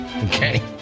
Okay